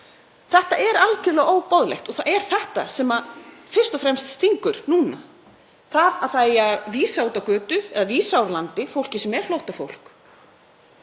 Þetta er algjörlega óboðlegt og það er þetta fyrst og fremst sem stingur núna; að það eigi að vísa út á götu eða vísa úr landi fólki sem er flóttafólk,